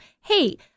hey